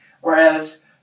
whereas